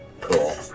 Cool